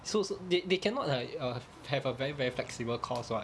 so so they they cannot like uh have a very very flexible course [what]